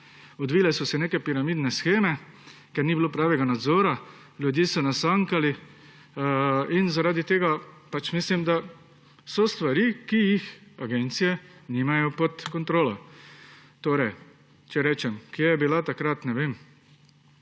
Odvile so se nek piramidne sheme, ker ni bilo pravega nadzora in ljudje so nasankali. Mislim, da so stvari, ki jih agencije nimajo pod kontrolo. Če rečem, kje je bila takrat, ne vem,